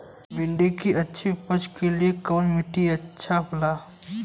भिंडी की अच्छी उपज के लिए कवन मिट्टी अच्छा होला?